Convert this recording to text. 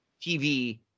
TV